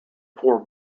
four